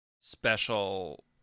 special